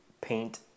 paint